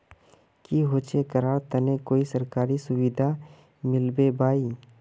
की होचे करार तने कोई सरकारी सुविधा मिलबे बाई?